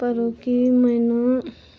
पौड़की मैना